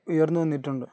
ഉയർന്നു വന്നിട്ടുണ്ട്